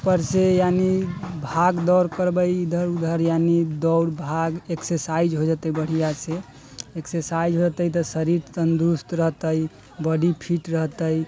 उपरसँ यानि भाग दौड़ करबै इधर उधर यानि दौड़ भाग एक्सरसाइज हो जेतै बढ़िआँसँ एक्सरसाइज हो जेतै शरीर तंदूरूस्त रहतै बॉडी फिट रहतै